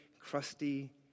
crusty